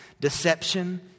deception